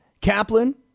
Kaplan